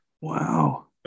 wow